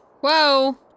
Whoa